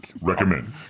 Recommend